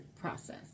process